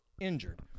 injured